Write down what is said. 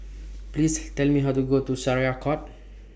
Please Tell Me How to get to Syariah Court